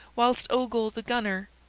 whilst ogle the gunner,